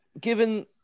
given